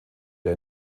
der